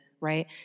right